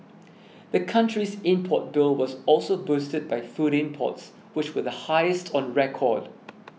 the country's import bill was also boosted by food imports which were the highest on record